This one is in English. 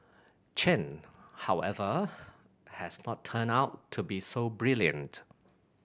Chen however has not turned out to be so brilliant